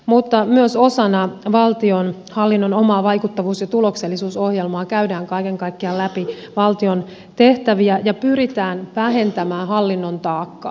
mutta myös osana valtionhallinnon omaa vaikuttavuus ja tuloksellisuusohjelmaa käydään kaiken kaikkiaan läpi valtion tehtäviä ja pyritään vähentämään hallinnon taakkaa